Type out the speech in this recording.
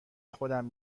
خودم